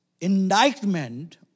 indictment